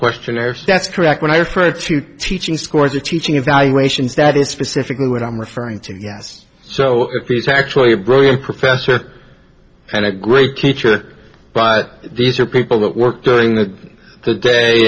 questionnaires that's correct when i refer to teaching scores or teaching evaluations that is specifically what i'm referring to yes so he's actually a brilliant professor and a great teacher but these are people that work during the day